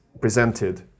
presented